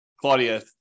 Claudia